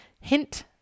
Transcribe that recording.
Hint